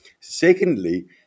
Secondly